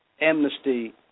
amnesty